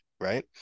right